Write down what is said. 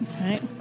right